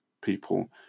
people